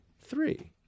three